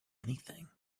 anything